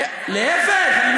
מה איפה ואיפה?